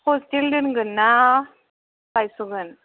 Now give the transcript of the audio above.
hostel दोनगोनना लायस'गोन